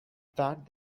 thought